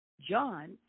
John